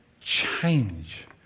change